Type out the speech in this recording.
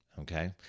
okay